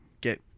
get